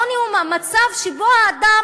עוני הוא מצב שבו האדם,